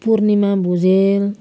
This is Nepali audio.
पूर्णिमा भुजेल